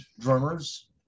drummers